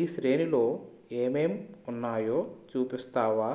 ఈ శ్రేణిలో ఏమేం ఉన్నాయో చూపిస్తావా